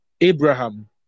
Abraham